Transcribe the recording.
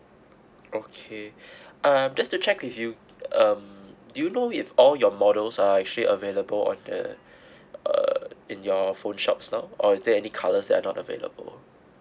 okay um just to check if you um do you know if all your models are actually available on uh uh in your phone shop now or is there any colors that are not available